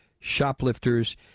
shoplifters